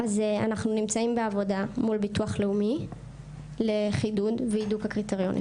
אנחנו נמצאים בעבודה מול ביטוח לאומי לחידוד והידוק הקריטריונים.